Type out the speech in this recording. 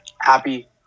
happy